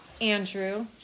Andrew